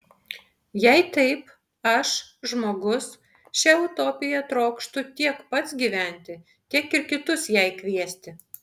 jei taip aš žmogus šia utopija trokštu tiek pats gyventi tiek ir kitus jai kviesti